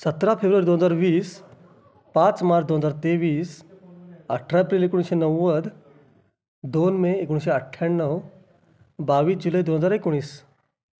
सतरा फेब्रुवारी दोन हजार वीस पाच मार्च दोन हजार तेवीस अठरा एप्रिल एकोणीसशे नव्वद दोन मे एकोणीसशे अठ्ठ्याण्णव बावीस जुलै दोन हजार एकोणीस